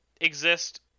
exist